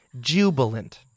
jubilant